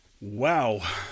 wow